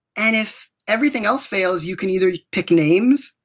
and if everything else fails you can either pick names.